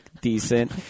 decent